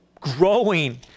growing